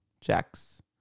Jack's